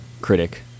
critic